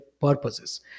purposes